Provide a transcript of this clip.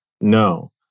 No